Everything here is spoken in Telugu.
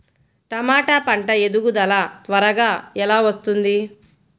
టమాట పంట ఎదుగుదల త్వరగా ఎలా వస్తుంది?